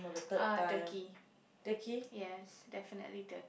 uh Turkey yes definitely Turkey